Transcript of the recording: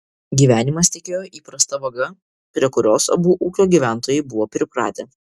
gyvenimas tekėjo įprasta vaga prie kurios abu ūkio gyventojai buvo pripratę